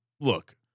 look